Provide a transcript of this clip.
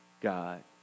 God